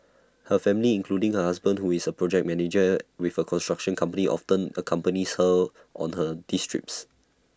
her family including her husband who is A project manager with A construction company often accompanies her on her D trips